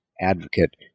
advocate